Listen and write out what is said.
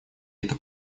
это